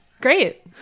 Great